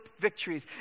victories